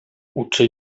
uczy